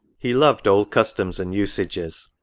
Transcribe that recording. he loved old customs and usages,